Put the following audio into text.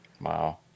Wow